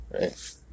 right